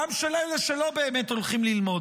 גם של אלה שלא באמת הולכים ללמוד,